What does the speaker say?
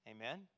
Amen